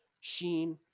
Sheen